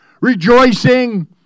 rejoicing